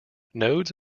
nodes